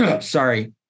sorry